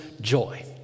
joy